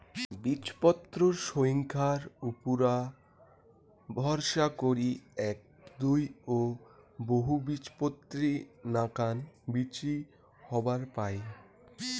বীজপত্রর সইঙখার উপুরা ভরসা করি এ্যাক, দুই ও বহুবীজপত্রী নাকান বীচি হবার পায়